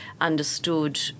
understood